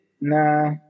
nah